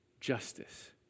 justice